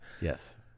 yes